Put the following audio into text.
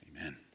Amen